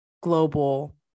global